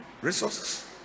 resources